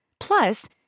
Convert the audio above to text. Plus